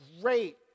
great